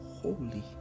Holy